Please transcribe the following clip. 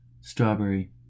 strawberry